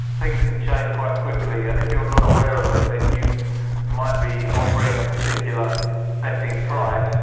things can change quite quickly, and if you're not aware of them, then you might be offering a particular betting price,